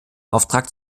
auftrag